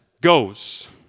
goes